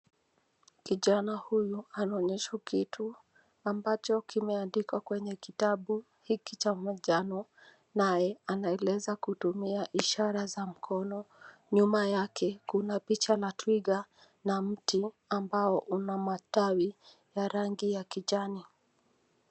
Kijana huyu anaonyehwa kitu ambacho kime andikwa kwenye kitabu cha njano na anaonyeshwa kwa kutumia ishara za mkono, nyuma yake kuna picha la twiga na mti ambao una matawi wa rangi ya kijani.